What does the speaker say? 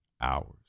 hours